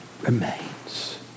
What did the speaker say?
remains